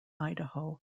idaho